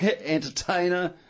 Entertainer